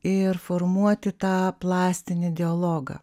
ir formuoti tą plastinį dialogą